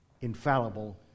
infallible